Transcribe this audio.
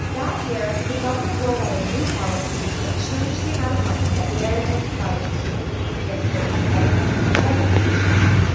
that year, the government rolled out a new policy that changed the amount of money that air ambulances providers could make from transporting medicare and medicaid patients.